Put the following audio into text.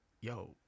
Yo